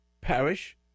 parish